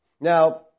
Now